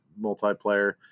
multiplayer